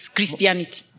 Christianity